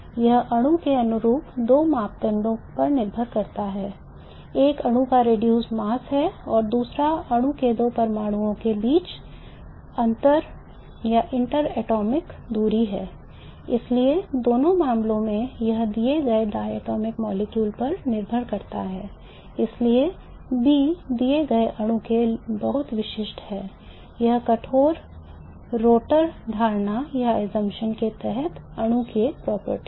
यह अणु के अनुरूप दो मापदंडों पर निर्भर है एक अणु का reduced mass है और दूसरा अणु में दो परमाणुओं के बीच अंतर परमाणु के तहत अणु की एक property है